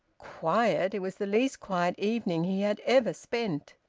quiet! it was the least quiet evening he had ever spent.